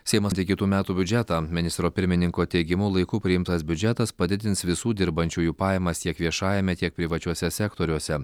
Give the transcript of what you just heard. seimas kitų metų biudžetą ministro pirmininko teigimu laiku priimtas biudžetas padidins visų dirbančiųjų pajamas tiek viešajame tiek privačiuose sektoriuose